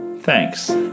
Thanks